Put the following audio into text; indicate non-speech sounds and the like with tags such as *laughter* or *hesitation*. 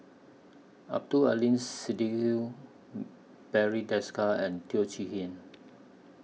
Abdul Aleem Siddique *hesitation* Barry Desker and Teo Chee Hean